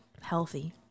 healthy